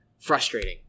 frustrating